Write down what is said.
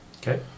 Okay